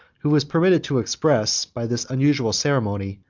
who was permitted to express, by this unusual ceremony,